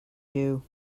jew